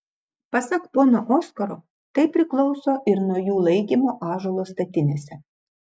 pasak pono oskaro tai priklauso ir nuo jų laikymo ąžuolo statinėse